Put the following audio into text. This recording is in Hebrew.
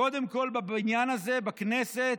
קודם כול בבניין הזה, בכנסת.